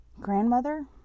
Grandmother